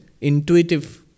intuitive